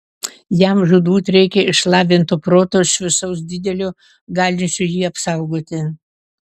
jam žūtbūt reikia išlavinto proto šviesaus didelio galinčio jį apsaugoti